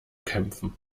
kämpfen